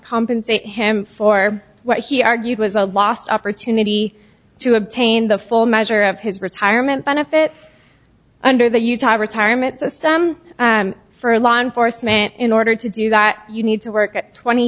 compensate him for what he argued was a lost opportunity to obtain the full measure of his retirement benefits under the retirement system for law enforcement in order to do that you need to work at twenty